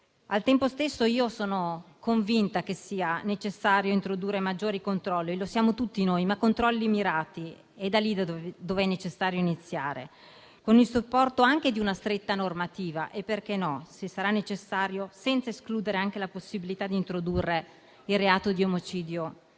Al tempo stesso, sono convinta sia necessario introdurre maggiori controlli (lo siamo tutti noi), ma controlli mirati. È necessario iniziare da lì, con il supporto di una stretta normativa e - perché no? - se sarà necessario, senza escludere la possibilità di introdurre il reato di omicidio